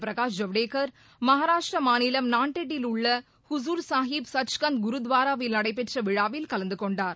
பிரகாஷ் ஜவ்டேகர் மகாராஷ்டிர மாநிலம் நான்டெட்டில் உள்ள ஹூசூர்சாகிப் சச்காந்த் குருத்வாராவில் நடைபெற்ற விழாவில் கலந்து கொண்டார்